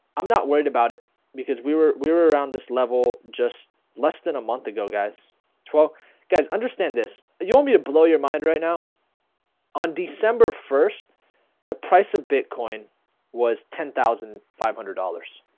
i'm not worried about it because we were we were around this level just less than a month ago guys whoa guys understand this you want me to blow your mind right now on december first the price of bitcoin was ten thousand five hundred dollars,